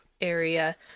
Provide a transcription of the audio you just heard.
area